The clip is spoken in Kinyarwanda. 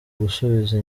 gusubiza